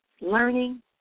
learning